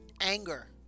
anger